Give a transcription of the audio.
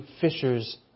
fishers